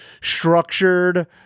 structured